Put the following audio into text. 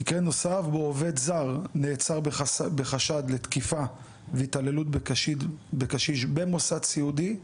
מקרה נוסף בו עובד זר נעצר בחשד לתקיפה והתעללות בקשיש במוסד סיעודי,